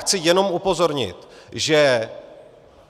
Chci jen upozornit, že